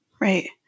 right